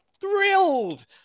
thrilled